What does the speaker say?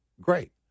great